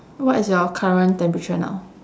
what is your current temperature now